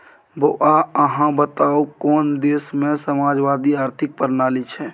बौआ अहाँ बताउ कोन देशमे समाजवादी आर्थिक प्रणाली छै?